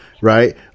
right